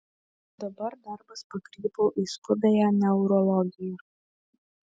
dabar darbas pakrypo į skubiąją neurologiją